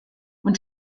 und